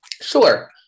Sure